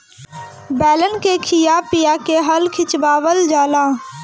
बैलन के खिया पिया के हल खिचवावल जाला